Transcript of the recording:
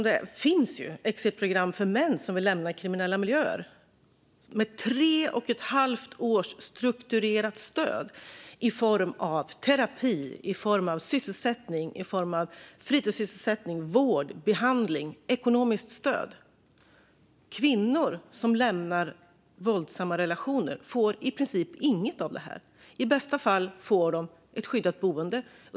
Det finns ju exitprogram för män som vill lämna kriminella miljöer med tre och ett halvt års strukturerat stöd i form av terapi, sysselsättning, fritidssysselsättning, vård, behandling och ekonomiskt stöd. Kvinnor som lämnar våldsamma relationer får i princip inget av detta. I bästa fall får de ett skyddat boende.